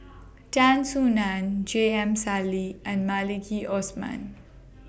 Tan Soo NAN J M Sali and Maliki Osman